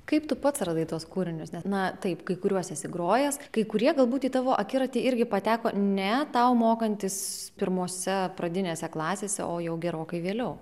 kaip tu pats radai tuos kūrinius na taip kai kuriuos esi grojęs kai kurie galbūt į tavo akiratį irgi pateko ne tau mokantis pirmose pradinėse klasėse o jau gerokai vėliau